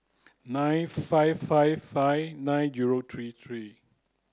nine five five five nine zero three three